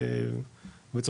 בעצם,